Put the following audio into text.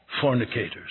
fornicators